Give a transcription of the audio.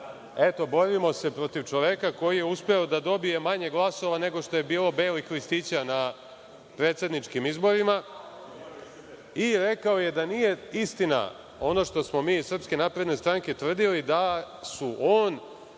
borimo se protiv čoveka koji je uspeo da dobije manje glasova nego što je bilo belih listića na predsedničkim izborima i rekao je da nije istina ono što smo mi iz SNS tvrdili da su on,